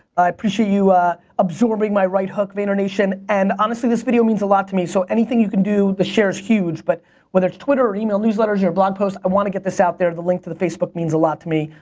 i appreciate you absorbing my right hook vaynernation and honestly this video means a lot to me so anything you can do, the share is huge but whether it's twitter or email, newsletter, or blog posts i want to get this out there to the link to the facebook means a lot to me.